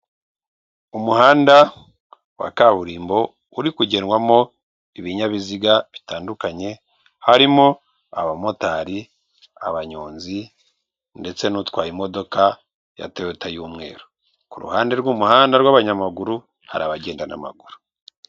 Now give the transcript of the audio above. Umuhanda wa kaburimbo uri kugenwamo ibinyabiziga bitandukanye harimo: abamotari, abanyonzi ndetse n'utwaye imodoka ya toyota y'umweru, ku ruhande rw'umuhanda rw'abanyamaguru hari abagenda n'amaguru.